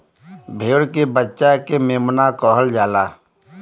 भेड़ के बच्चा के मेमना कहल जाला